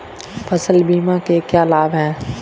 फसल बीमा के क्या लाभ हैं?